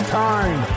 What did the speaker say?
time